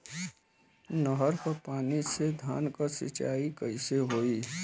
नहर क पानी से धान क सिंचाई कईसे होई?